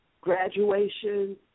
graduation